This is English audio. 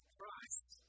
Christ